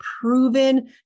proven